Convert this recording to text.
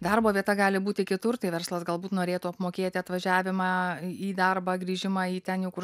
darbo vieta gali būti kitur tai verslas galbūt norėtų apmokėti atvažiavimą į darbą grįžimą į ten jau kur